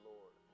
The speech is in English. Lord